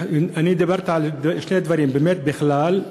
אני דיברתי על שני דברים: באמת בכלל,